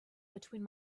between